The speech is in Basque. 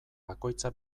bakoitza